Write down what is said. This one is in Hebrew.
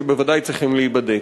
שבוודאי צריכים להיבדק.